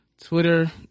twitter